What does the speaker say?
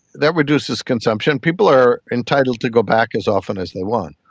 that reduces consumption. people are entitled to go back as often as they want.